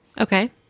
Okay